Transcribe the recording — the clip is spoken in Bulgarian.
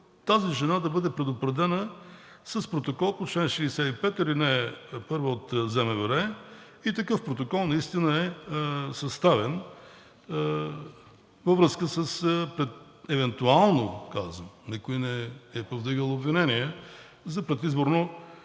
тази жена да бъде предупредена с протокол по чл. 65, ал. 1 от ЗМВР. Такъв протокол наистина е съставен във връзка с, евентуално казвам, но никой не е повдигал обвинения за предизборно